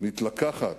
מתלקחת